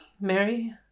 Mary